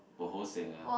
bo hosei ah